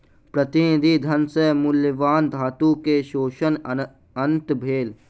प्रतिनिधि धन सॅ मूल्यवान धातु के शोषणक अंत भेल